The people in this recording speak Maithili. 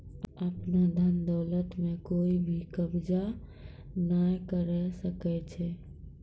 आपनो धन दौलत म कोइ भी कब्ज़ा नाय करै सकै छै